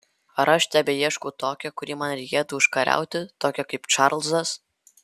ar aš tebeieškau tokio kurį man reikėtų užkariauti tokio kaip čarlzas